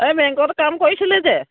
এই বেংকত কাম কৰিছিলে যে